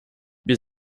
wir